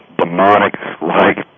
demonic-like